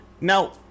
Now